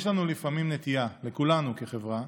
יש לנו לפעמים נטייה, לכולנו כחברה,